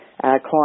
clients